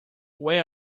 where